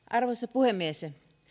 arvoisa puhemies